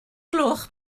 gloch